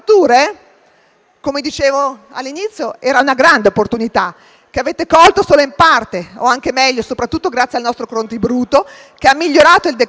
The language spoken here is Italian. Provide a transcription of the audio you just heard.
Come dicevo all'inizio, era una grande opportunità che avete colto solo in parte, o anche meglio soprattutto grazie al nostro contributo che ha migliorato il decreto.